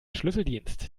schlüsseldienst